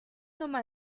nummer